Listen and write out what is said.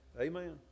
Amen